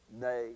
nay